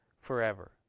forever